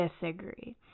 disagree